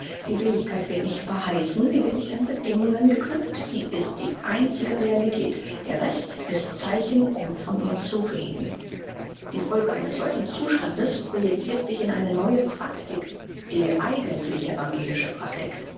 die seligkeit wird nicht verheißen sie wird nicht an bedingungen geknüpft sie ist die einzige realität der rest ist zeichen um von ihr zu reden die folge eines solchen zustandes projicirt sich in eine neue praktik die eigentlich evangelische praktik